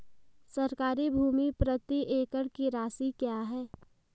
सरकारी भूमि प्रति एकड़ की राशि क्या है?